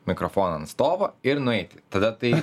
mikrofoną ant stovo ir nueiti tada tai